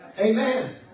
Amen